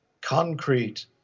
concrete